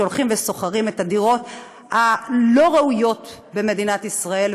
שהולכים ושוכרים את הדירות הלא-ראויות במדינת ישראל.